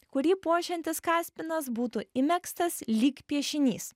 kurį puošiantis kaspinas būtų įmegztas lyg piešinys